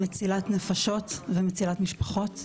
מצילת נפשות ומצילת משפחות.